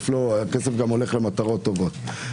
הכסף גם הולך למטרות טובות.